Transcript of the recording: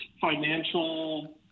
financial